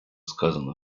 сказано